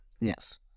yes